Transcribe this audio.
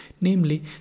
namely